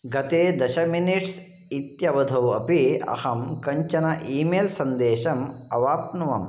गते दश मिनिट्स् इत्यवधौ अपि अहं कञ्चन ई मेल् सन्देशम् अवाप्नुवम्